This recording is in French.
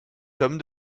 tome